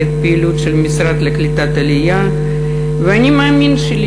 את הפעילות של המשרד לקליטת העלייה ואת ה"אני מאמין" שלי